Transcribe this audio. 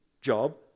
job